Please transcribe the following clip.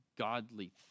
Godly